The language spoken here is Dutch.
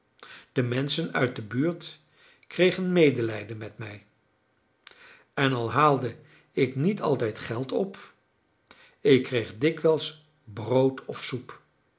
de menschen uit de buurt kregen medelijden met mij en al haalde ik niet altijd geld op ik kreeg dikwijls brood of soep